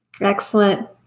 Excellent